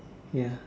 ya